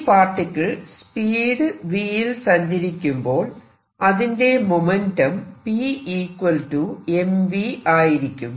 ഈ particle speed v യിൽ സഞ്ചരിക്കുമ്പോൾ അതിന്റെ മൊമെന്റം p mv ആയിരിക്കും